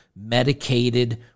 medicated